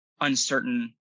uncertain